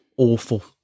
awful